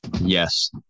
Yes